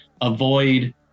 avoid